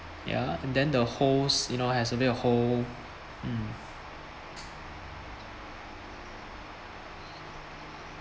ya and then the hose you know has a bit of hole mm